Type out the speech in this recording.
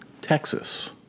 Texas